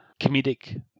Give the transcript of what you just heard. comedic